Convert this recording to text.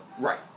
right